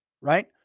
right